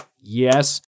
yes